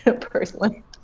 personally